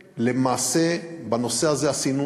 למעשה, בנושא הזה עשינו